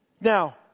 Now